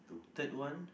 third one